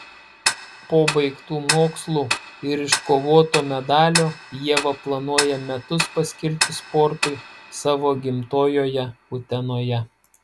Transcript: po baigtų mokslų ir iškovoto medalio ieva planuoja metus paskirti sportui savo gimtojoje utenoje